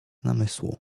namysłu